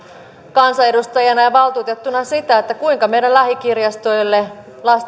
kansanedustajana ja valtuutettuna sitä kuinka meidän lähikirjastoille